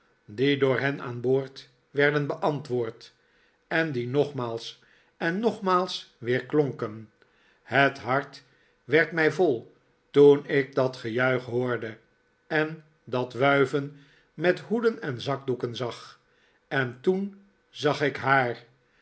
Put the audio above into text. die door hen aan boord werden beantwoord en die nogmaals en nogmaals weerklonken het hart werd mij vol toen ik dat gejuich hoorde en dat wuiven met hoeden en zakdoeken zag en toen zag ik haar